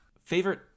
favorite